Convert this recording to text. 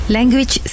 Language